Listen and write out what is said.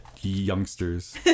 youngsters